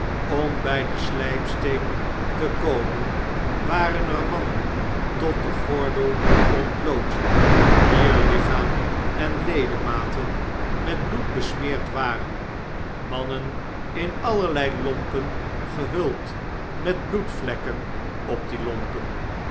om bjj den slijpsteen te komen waren er mannen tot den gordel ontbloot wier lichaam en ledematen met bloed besmeerd waren mannen in allerlei lompen gehuld met bloedvlekken op die lompen